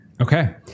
okay